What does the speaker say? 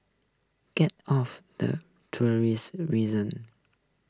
get off the tourist reason